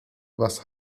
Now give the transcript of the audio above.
was